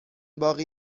باقی